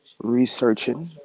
researching